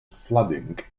flooding